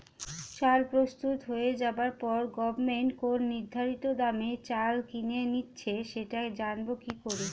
চাল প্রস্তুত হয়ে যাবার পরে গভমেন্ট কোন নির্ধারিত দামে চাল কিনে নিচ্ছে সেটা জানবো কি করে?